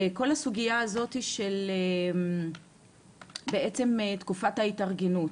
כל הסוגייה הזאת של בעצם תקופת ההתארגנות.